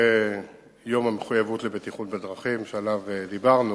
יום המחויבות לבטיחות בדרכים שעליו דיברנו.